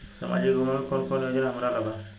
सामाजिक विभाग मे कौन कौन योजना हमरा ला बा?